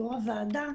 יו"ר הוועדה,